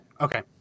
Okay